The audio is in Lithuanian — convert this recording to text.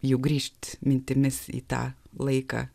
jų grįžt mintimis į tą laiką